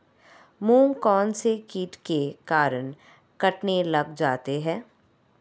मूंग कौनसे कीट के कारण कटने लग जाते हैं?